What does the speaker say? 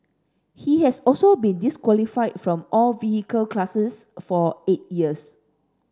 he has also been disqualified from all vehicle classes for eight years